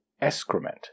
excrement